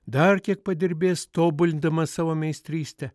dar kiek padirbės tobulindamas savo meistrystę